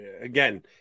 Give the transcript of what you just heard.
Again